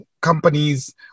Companies